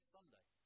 Sunday